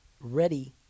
ready